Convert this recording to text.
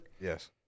Yes